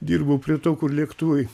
dirbau prie to kur lėktuvai